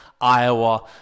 Iowa